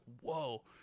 whoa